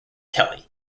kelley